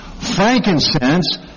Frankincense